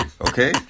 okay